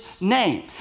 name